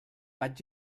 vaig